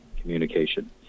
communication